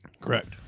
Correct